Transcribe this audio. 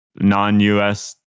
non-US